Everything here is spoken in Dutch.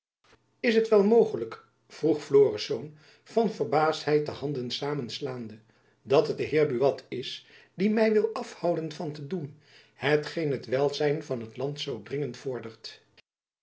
is het wel mogelijk vroeg florisz van verbaasdheid de handen samenslaande dat het de heer buat is die my wil afhouden van te doen hetgeen het welzijn van het land zoo dringend vordert